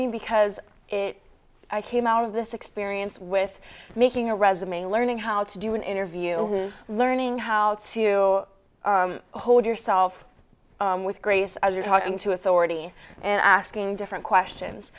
me because it came out of this experience with making a resume learning how to do an interview learning how to hold yourself with grace as you're talking to authority and asking different questions